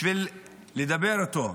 בשביל לדבר איתו,